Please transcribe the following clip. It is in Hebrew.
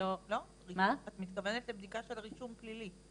את מתכוונת לבדיקה של רישום פלילי?